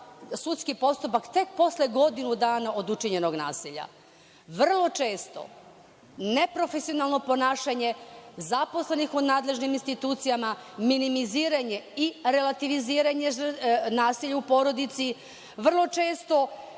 sudski postupak tek posle godinu dana od učinjenog nasilja. Vrlo često neprofesionalno ponašanje zaposlenih u nadležnim institucijama, minimiziranje i relativiziranje nasilja u porodici, vrlo često